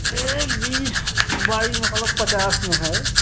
एक बीस बाईस मतलब पचास में है